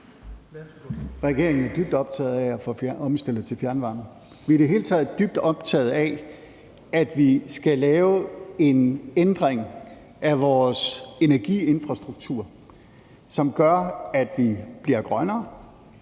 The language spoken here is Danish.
Regeringen er dybt optaget af at få flere omstillet til fjernvarme. Vi er i det hele taget dybt optaget af, at vi skal lave en ændring af vores energiinfrastruktur, som gør, at vi bliver grønnere,